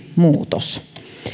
muutos